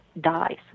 dies